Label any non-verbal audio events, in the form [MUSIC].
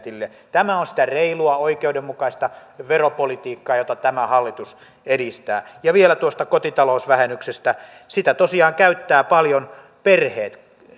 [UNINTELLIGIBLE] tilille tämä on sitä reilua oikeudenmukaista veropolitiikkaa jota tämä hallitus edistää vielä tuosta kotitalousvähennyksestä sitä tosiaan käyttävät paljon perheet [UNINTELLIGIBLE]